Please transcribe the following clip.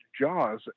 Jaws